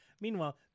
Meanwhile